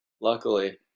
Luckily